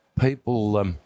People